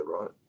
right